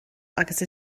agus